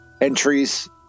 entries